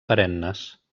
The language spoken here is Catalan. perennes